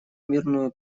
мирную